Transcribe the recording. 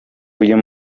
uyu